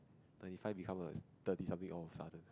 ninety five become a thirty something all of sudden